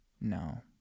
no